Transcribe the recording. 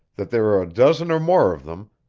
that there are a dozen or more of them,